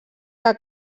que